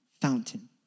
fountain